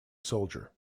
soldier